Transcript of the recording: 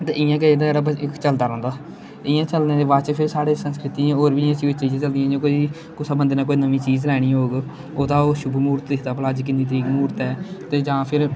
ते इ'यां गै एह्दा जेह्ड़ा इक चलदा रौंह्दा इ'यां चलने दे बाद च फिर साढ़े संस्कृति होर बी जेह्ड़ी चीज चलदियां जियां कोई कुसै बंदे ने नमीं चीज लैनी होग ओह्दा ओह् शुभ महूर्त दिक्खदा भला अज्ज किन्नी तरीक म्हूरत ऐ ते जां फिर